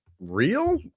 real